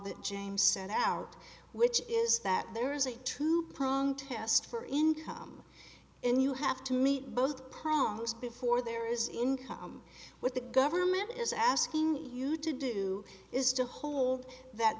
that james set out which is that there is a two prong test for income and you have to meet both punks before there is income what the government is asking you to do is to hold that